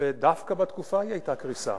ודווקא בתקופה ההיא היתה קריסה.